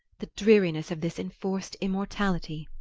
the dreariness of this enforced immortality!